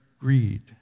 greed